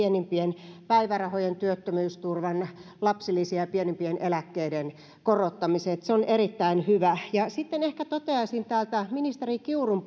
pienimpien päivärahojen työttömyysturvan lapsilisien ja pienimpien eläkkeiden korottamiseen se on erittäin hyvä sitten ehkä toteaisin täältä ministeri kiurun